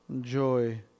joy